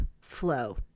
flow